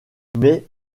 mais